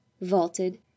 vaulted